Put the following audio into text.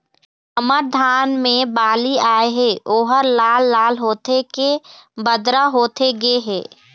हमर धान मे बाली आए हे ओहर लाल लाल होथे के बदरा होथे गे हे?